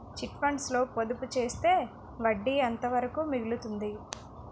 Chit funds లో పొదుపు చేస్తే వడ్డీ ఎంత వరకు మిగులుతుంది?